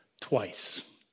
twice